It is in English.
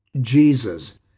Jesus